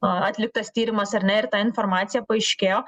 atliktas tyrimas ar ne ir ta informacija paaiškėjo